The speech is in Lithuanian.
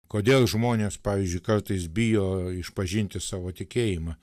kodėl žmonės pavyzdžiui kartais bijo išpažinti savo tikėjimą